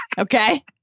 Okay